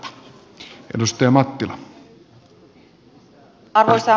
arvoisa puhemies